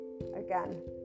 again